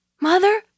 mother